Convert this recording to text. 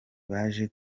baje